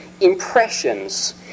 impressions